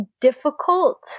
difficult